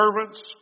servants